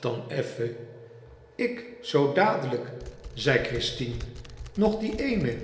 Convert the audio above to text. dan effen ik zoo daalijk zei christien nog die eene